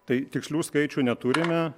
tai tikslių skaičių neturime